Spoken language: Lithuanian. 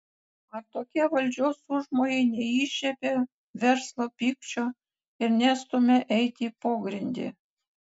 ar tokie valdžios užmojai neįžiebia verslo pykčio ir nestumia eiti į pogrindį